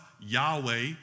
Yahweh